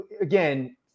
again